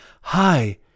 hi